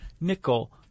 nickel